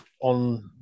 on